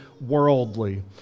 worldly